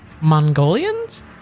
Mongolians